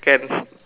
kan